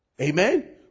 amen